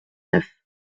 neuf